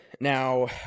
Now